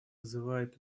вызывает